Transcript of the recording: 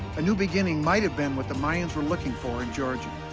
a new beginning might have been what the mayans were looking for in georgia.